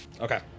Okay